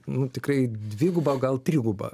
nu tikrai dviguba gal triguba